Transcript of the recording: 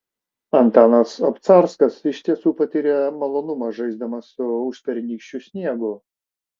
antanas obcarskas iš tiesų patyrė malonumą žaisdamas su užpernykščiu sniegu